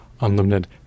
unlimited